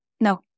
No